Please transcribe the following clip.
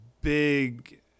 big